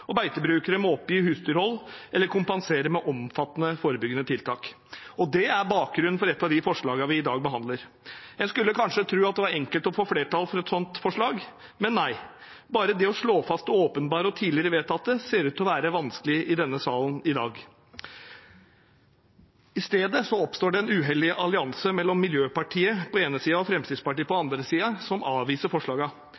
og beitebrukere må oppgi husdyrhold eller kompensere med omfattende forebyggende tiltak. Det er bakgrunnen for et av de forslagene vi i dag behandler. En skulle kanskje tro at det var enkelt å få flertall for et sånt forslag, men nei, bare det å slå fast det åpenbare og tidligere vedtatte ser ut til å være vanskelig i denne salen i dag. I stedet oppstår det en uheldig allianse, mellom Miljøpartiet De Grønne på den ene siden og Fremskrittspartiet på